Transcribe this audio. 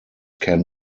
can